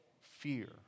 fear